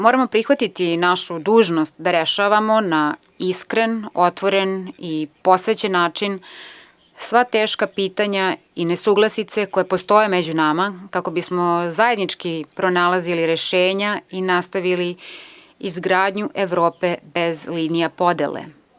Moramo prihvatiti našu dužnost da rešavamo na iskren, otvoren i posvećen način sva teška pitanja i nesuglasice koje postoje među nama kako bismo zajednički pronalazili rešenja i nastavili izgradnju Evrope bez linija podele.